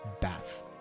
bath